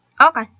Okay